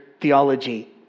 theology